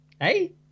Hey